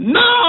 no